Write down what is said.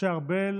משה ארבל